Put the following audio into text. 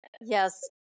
Yes